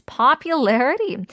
popularity